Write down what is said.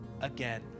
again